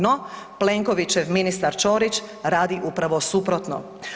No, Plenkovićev ministar Ćorić radi upravo suprotno.